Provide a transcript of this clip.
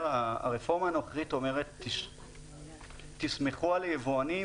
הרפורמה הנוכחית אומרת 'תסמכו על היבואנים